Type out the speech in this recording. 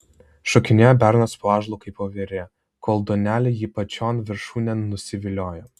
šokinėjo bernas po ąžuolą kaip voverė kol duonelė jį pačion viršūnėn nusiviliojo